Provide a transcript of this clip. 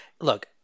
look